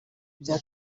bya